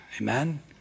Amen